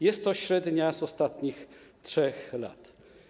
Jest to średnia z ostatnich 3 lat.